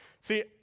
See